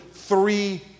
three